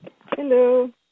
Hello